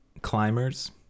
climbers